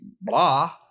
blah